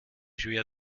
schwer